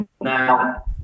now